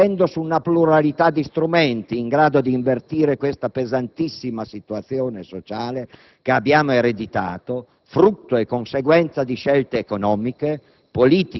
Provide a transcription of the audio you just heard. di dare risposte - ripeto - agendo su una pluralità di strumenti in grado di invertire questa pesantissima situazione sociale che abbiamo ereditato: